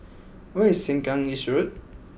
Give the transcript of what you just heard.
where is Sengkang East Road